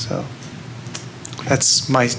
s that's my